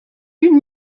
une